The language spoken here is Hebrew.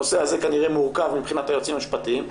הנושא הזה כנראה מורכב מבחינת היועצים המשפטיים.